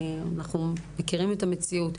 אנחנו מכירים את המציאות.